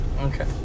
Okay